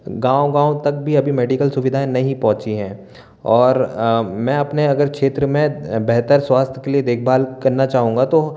गाँव गाँव तक भी अभी मेडिकल सुविधाएँ नहीं पहुँची हैं और मैं अपने अगर क्षेत्र में बेहतर स्वास्थ के लिए देखभाल करना चाहूँगा तो हो